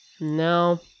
No